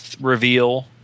reveal